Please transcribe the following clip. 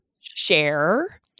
share